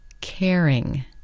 caring